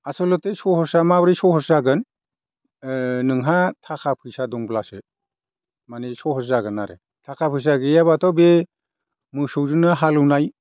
आसलटे सहसा माबोरै सहस जागोन नोंहा थाखा फैसा दंब्लासो माने सहस जागोन आरो थाखा फैसा गैयाबाथ' बे मोसौजोंनो हालेवनाय